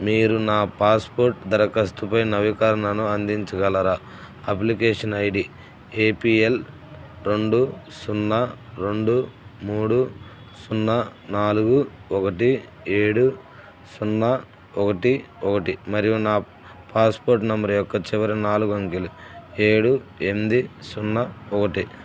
మీరు నా పాస్పోర్ట్ దరఖాస్తుపై నవీకరణను అందించగలరా application I D A P L రెండు సున్నా రెండు మూడు సున్నా నాలుగు ఒకటి ఏడు సున్నా ఒకటి ఒకటి మరియు నా పాస్పోర్ట్ నెంబర్ యొక్క చివరి నాలుగు అంకెలు ఏడు ఎనిమిది సున్నా ఒకటి